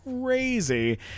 crazy